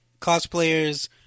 cosplayers